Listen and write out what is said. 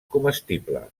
comestible